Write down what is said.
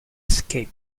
escape